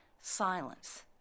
silence